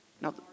Now